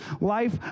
life